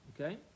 okay